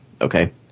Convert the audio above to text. Okay